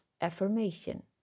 affirmation